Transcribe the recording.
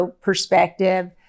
perspective